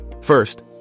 First